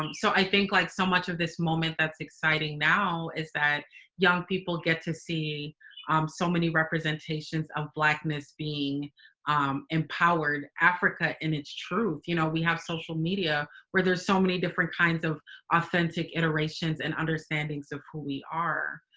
um so i think like so much of this moment, that's exciting now is that young people get to see um so many representations of blackness being empowered. africa in its truth. you know, we have social media where there's so many different kinds of authentic iterations and understandings of who we are.